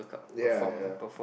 ya ya